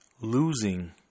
losing